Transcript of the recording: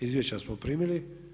Izvješća smo primili.